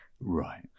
Right